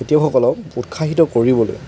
খেতিয়কসকলক উৎসাহিত কৰিবলৈ